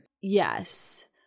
Yes